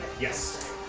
Yes